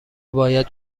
باید